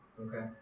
okay